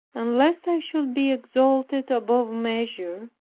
and lest i should be exalted above measure,